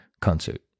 concert